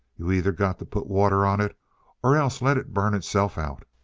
you either got to put water on it or else let it burn itself out.